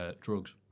Drugs